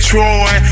Troy